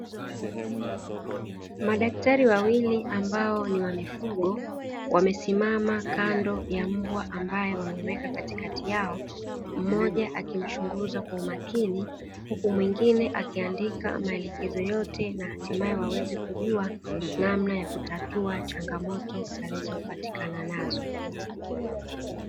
Madaktari wawili ambao ni wa mifugo wamesimama kando ya mbwa ambao wamemuweka katikati yao, mmoja akimchunguza kwa umakini huku mwingine akiandika maelekezo yote na hatimaye waweze kujua namna ya kutatua changamoto alizopatikana nazo.